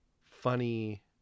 funny